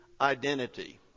identity